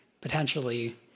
potentially